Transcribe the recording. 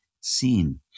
seen